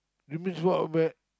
you miss what bet